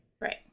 Right